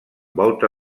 volta